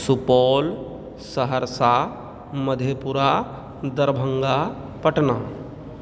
Supaul Saharsa Madhepura Darbhanga Patna